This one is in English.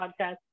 podcast